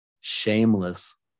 shameless